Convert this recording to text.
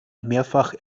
mehrfach